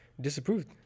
disapproved